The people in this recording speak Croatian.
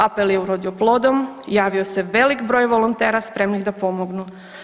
Apel je urodio plodom, javio se velik broj volontera spremnih da pomognu.